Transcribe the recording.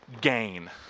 Gain